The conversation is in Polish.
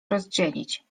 rozdzielić